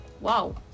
Wow